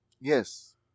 Yes